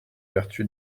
vertu